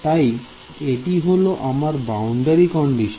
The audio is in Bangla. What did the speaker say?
তাই এটি হলো আমার বাউন্ডারি কন্ডিশন